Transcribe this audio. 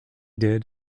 did